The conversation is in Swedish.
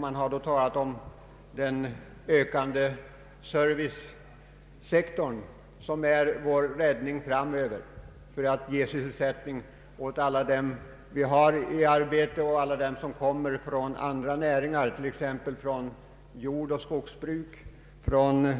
Det har då talats om den ökande servicesektorn som är vår räddning framöver för att ge sysselsättning åt alla dem som är ute i arbetslivet och alla dem som kommer från andra näringar, t.ex. från jordoch skogsbruk, från